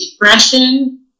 depression